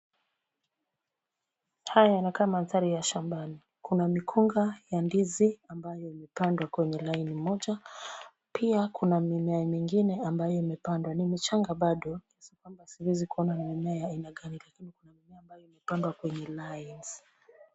Haya yanakaa mandhari ya shambani. Kuna mikunga ya ndizi ambayo imepandwa kwenye line moja. Pia kuna mimea mengine ambayo imepandwa, ni michanga bado, kiasi kwamba siwezi kuona ni mimea ya aina gani lakini kuna mimea ambayo imepandwa kwenye lines .